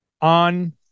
on